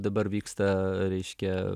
dabar vyksta reiškia